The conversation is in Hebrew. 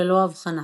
ללא אבחנה.